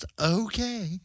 okay